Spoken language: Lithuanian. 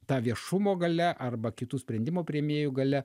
ta viešumo galia arba kitų sprendimo priėmėjų galia